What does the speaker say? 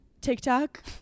TikTok